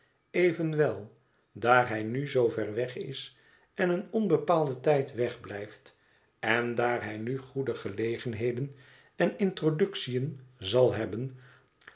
evenwel daar hij nu zoover weg is en een onbepaalden tijd wegblijft en daar hij nu goede gelegenheden en introductiën zal hebben